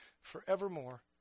forevermore